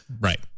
Right